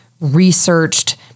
researched